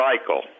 cycle